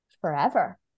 forever